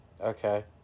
Okay